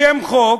שם חוק,